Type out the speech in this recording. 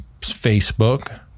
Facebook